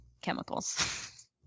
chemicals